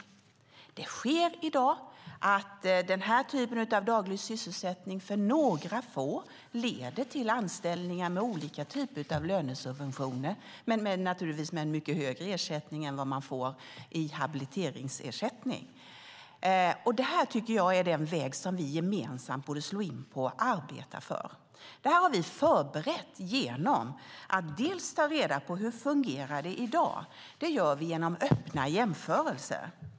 För några få sker det att denna typ av daglig sysselsättning leder till anställning med olika typer av lönesubventioner och givetvis med en högre ersättning än vad de får i habiliteringsersättning. Det här är denna väg som vi gemensamt borde slå in på och arbeta för. Vi har förberett för detta genom att ta reda på hur det fungerar i dag. Det gör vi genom öppna jämförelser.